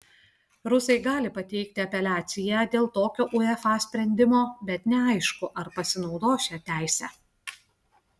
rusai gali pateikti apeliaciją dėl tokio uefa sprendimo bet neaišku ar pasinaudos šia teise